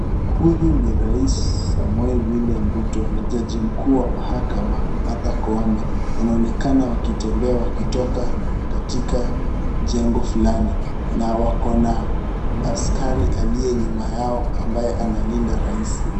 Huyu ni rais Samoei William Ruto na jaji mkuu wa mahakama Martha Koome. Wanaonekana wakitembea wakitoka katika jengo fulani na wakona askari aliye nyuma yao ambaye analinda rais.